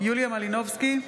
יוליה מלינובסקי,